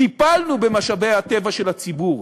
טיפלנו במשאבי הטבע של הציבור,